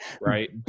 Right